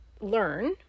learn